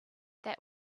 that